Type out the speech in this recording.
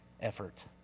effort